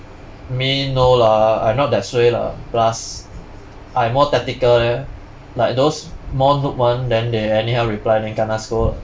me no lah I not that suay lah plus I more tactical leh like those more noob one then they anyhow reply then kena scold